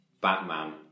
Batman